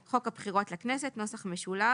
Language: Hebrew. חוק הבחירות לכנסת (נוסח משולב),